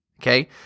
Okay